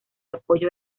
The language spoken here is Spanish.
apoyo